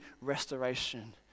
restoration